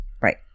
right